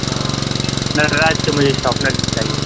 ہاں نٹراج کا مجھے شاپنر چاہیے